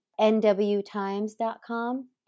nwtimes.com